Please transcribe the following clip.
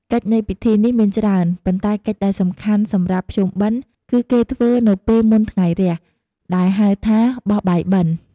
កិច្ចនៃពិធីនេះមានច្រើន ប៉ុន្តែកិច្ចដែលសំខាន់សម្រាប់ភ្ជុំបិណ្ឌ គឺគេធ្វើនៅពេលមុនថ្ងៃរះ ដែលហៅថាបោះបាយបិណ្ឌ។